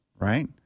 Right